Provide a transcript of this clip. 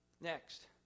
Next